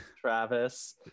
Travis